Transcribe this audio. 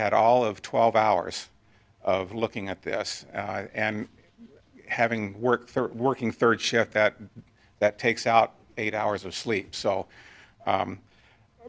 had all of twelve hours of looking at this and having worked for working third shift that that takes out eight hours of sleep so